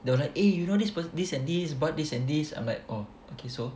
they are like eh you know this pe~ this and this bought this and this I'm like oh okay so